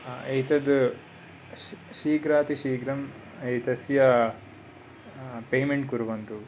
एतद् शी शीघ्रातिशीघ्रं एतस्य पेमेन्ट् कुर्वन्तु